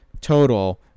Total